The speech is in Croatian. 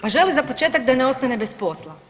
Pa želi za početak da ne ostane bez posla.